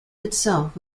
itself